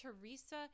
Teresa